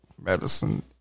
medicine